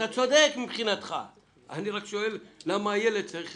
אתה צודק מבחינתך, אני רק שואל למה הילד צריך